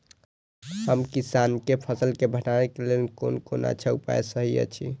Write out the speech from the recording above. हम किसानके फसल के भंडारण के लेल कोन कोन अच्छा उपाय सहि अछि?